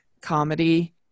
comedy